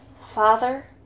Father